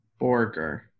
Borger